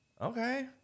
Okay